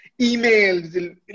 emails